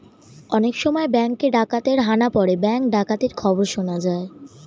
অনেক সময় ব্যাঙ্কে ডাকাতের হানা পড়ে ব্যাঙ্ক ডাকাতির খবর শোনা যায়